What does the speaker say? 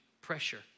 Pressure